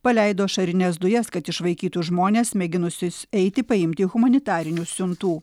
paleido ašarines dujas kad išvaikytų žmones mėginusius eiti paimti humanitarinių siuntų